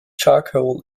charcoal